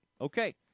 Okay